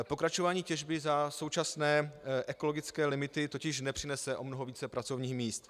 Pokračování těžby za současné ekologické limity totiž nepřinese o mnoho více pracovních míst.